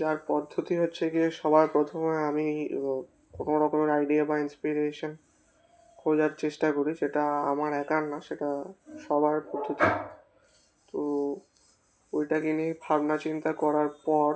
যার পদ্ধতি হচ্ছে গিয়ে সবার প্রথমে আমি কোনোরকমের আইডিয়া বা ইন্সপিরেশন খোঁজার চেষ্টা করি সেটা আমার একার না সেটা সবার পদ্ধতি তো ওইটাকে নিয়ে ভাবনা চিন্তা করার পর